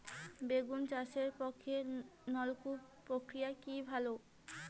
বেগুন চাষের পক্ষে নলকূপ প্রক্রিয়া কি ভালো?